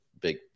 big